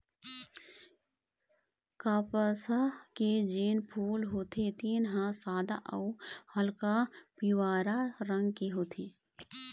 कपसा के जेन फूल होथे तेन ह सादा अउ हल्का पीवरा रंग के होथे